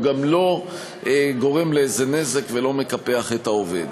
הוא גם לא גורם לאיזה נזק ולא מקפח את העובד.